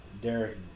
Derek